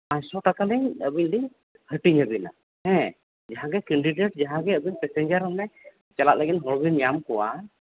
ᱯᱟᱥᱥᱳ ᱴᱟᱠᱟ ᱞᱤᱧ ᱟᱹᱵᱤᱱ ᱞᱤᱧ ᱦᱟᱹᱴᱤᱧ ᱟᱹᱵᱤᱱᱟ ᱦᱮᱸ ᱡᱟᱦᱟᱸᱜᱮ ᱠᱮ ᱱᱰᱤᱰᱮ ᱴ ᱡᱟᱦᱟᱸᱜᱮ ᱟᱹᱵᱤᱱ ᱯᱮᱥᱮᱧᱡᱟᱨ ᱚᱱᱮ ᱪᱟᱞᱟᱜ ᱞᱟᱹᱜᱤᱫ ᱦᱚᱲᱵᱤᱱ ᱧᱟᱢ ᱠᱚᱣᱟ